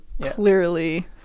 clearly